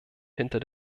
hinter